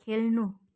खेल्नु